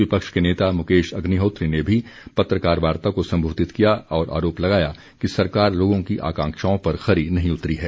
विपक्ष के नेता मुकेश अग्निहोत्री ने भी पत्रकार वार्ता को संबोधित किया और आरोप लगाया कि सरकार लोगों की आकांक्षाओं पर खरी नहीं उतरी है